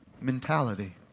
mentality